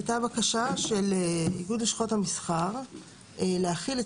הייתה בקשה של איגוד לשכות המסחר להחיל את